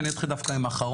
אני אתחיל דווקא עם האחרון,